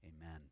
Amen